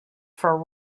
for